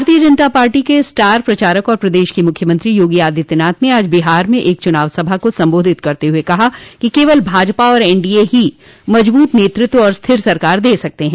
भारतीय जनता पार्टी के स्टार प्रचारक और प्रदेश के मुख्यमंत्री योगी आदित्यनाथ ने आज बिहार में एक चुनाव सभा को संबोधित करते हुए कहा कि केवल भाजपा और एनडीए ही मजबूत नेतृत्व और स्थिर सरकार दे सकते हैं